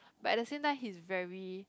but at the same time he's very